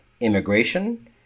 Immigration